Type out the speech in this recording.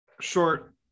short